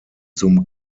zum